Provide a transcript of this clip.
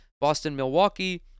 Boston-Milwaukee